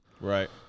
Right